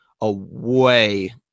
away